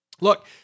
Look